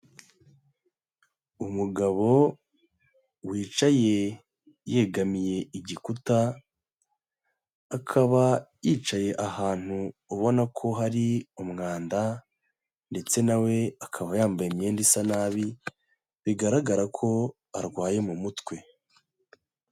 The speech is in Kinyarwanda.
Umugabo wicaye yegamiye igikuta, akaba yicaye ahantu ubona ko hari umwanda ndetse na we akaba yambaye imyenda isa nabi, bigaragara ko arwaye mu mutwe.